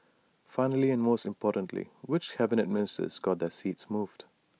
finally and most importantly which Cabinet Ministers got their seats moved